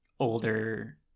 older